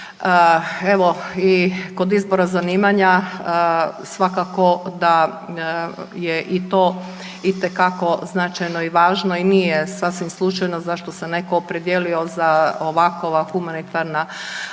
Evo i kod izbora zanimanja svakako da je i to itekako značajno i važno i nije sasvim slučajno zašto se netko opredijelio za ovakva humanitarna zanimanja